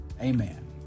Amen